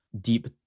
deep